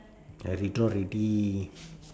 okay I withdraw already